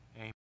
Amen